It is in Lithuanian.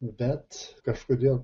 bet kažkodėl